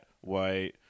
white